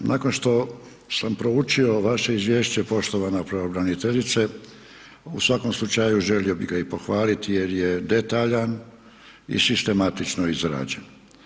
Nakon što sam proučio vaše izvješće poštovana pravobraniteljice, u svakom slučaju želio bih ga i pohvaliti jer je detaljan i sistematično izrađen.